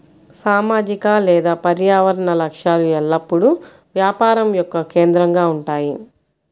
సామాజిక లేదా పర్యావరణ లక్ష్యాలు ఎల్లప్పుడూ వ్యాపారం యొక్క కేంద్రంగా ఉంటాయి